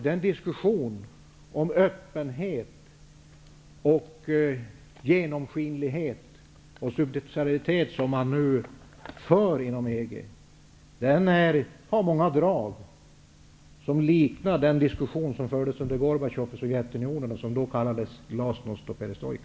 Den diskussion om öppenhet, genomskinlighet och subsidiaritet, som man nu för inom EG har många drag som liknar den diskussion som fördes under Gorbatjovs tid i Sovjetunionen och som kallades för glasnost och perestrojka.